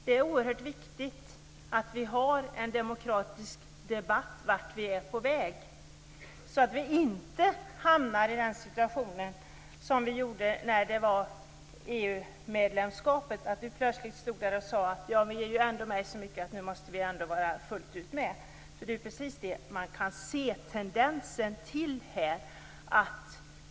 Det är oerhört viktigt att vi har en demokratisk debatt om vart vi är på väg, så att vi inte hamnar i samma situation som vi gjorde när det gällde EU medlemskapet. Då stod vi där och sade: Vi är ju ändå med i så mycket att vi måste vara med fullt ut nu också. Det är precis det man kan se tendenser till här.